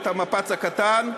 את המפץ הקטן,